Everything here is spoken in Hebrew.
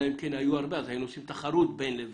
אלא אם כן היו הרבה אז היינו עושים תחרות בין לבין,